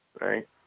right